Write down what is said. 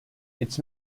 its